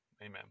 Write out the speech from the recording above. Amen